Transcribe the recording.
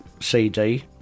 CD